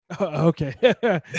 Okay